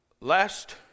Last